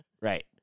Right